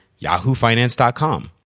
yahoofinance.com